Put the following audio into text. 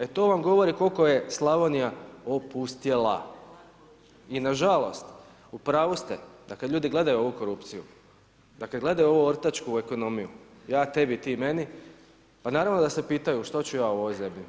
E, to vam govori koliko je Slavonija opustjela i nažalost, u pravu ste da kad ljudi gledaju ovu korupciju, da kad gledaju ovu ortačku ekonomiju, ja tebi – ti meni, pa naravno da se pitaju što ću ja u ovoj zemlji?